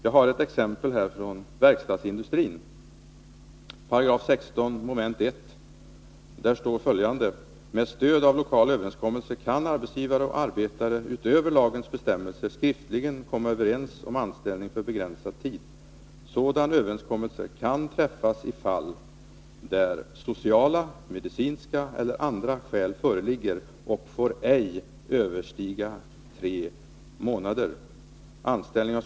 Jag vill som exempel anföra ett avtal från verkstadsindustrin, där det heter i 16 § 1 mom.: ”Med stöd av lokal överenskommelse kan arbetsgivare och arbetare utöver lagens bestämmelser skriftligen komma överens om anställning för begränsad tid. Sådan överenskommelse kan träffas i fall, där sociala, medicinska eller andra särskilda skäl föreligger och får ej överstiga tre månader.